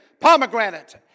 pomegranate